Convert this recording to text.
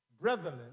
brethren